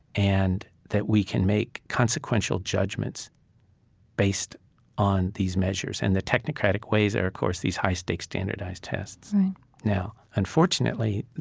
and that we can make consequential judgments based on these measures. and the technocratic ways are, of course, these high-stakes standardized tests right now, unfortunately,